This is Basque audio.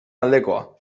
aldekoa